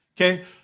okay